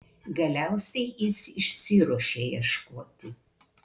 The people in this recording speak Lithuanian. galiausiai jis išsiruošia ieškoti